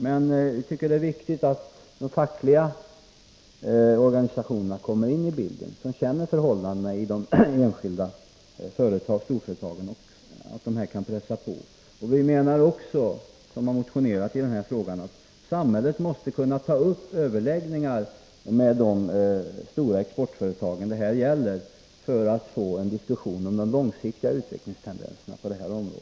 Vi tycker att det är viktigt att också de fackliga organisationerna, som känner förhållandena i de enskilda storföretagen, kommer in i bilden och kan pressa på. Vi som har motionerat i den här frågan menar också att samhället måste kunna ta upp överläggningar med de stora exportföretag det här gäller för att få en diskussion om de långsiktiga utvecklingstendenserna.